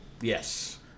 Yes